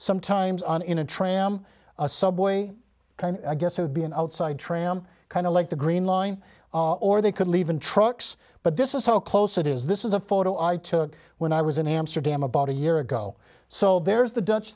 sometimes on in a tram a subway i guess would be an outside tram kind of like the green line or they could leave in trucks but this is how close it is this is a photo i took when i was in amsterdam about a year ago so there is the dutch